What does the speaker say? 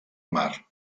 mar